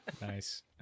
Nice